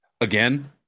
Again